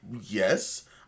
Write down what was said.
yes